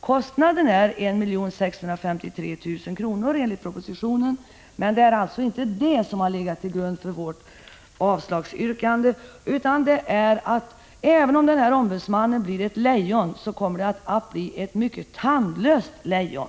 Kostnaden är 1 653 000 kr., enligt propositionen, men det är inte i första hand kostnaden som har legat till grund för vårt avslagsyrkande. Även om denne ombudsman blir ett lejon, anser vi att det kommer att bli ett tandlöst lejon!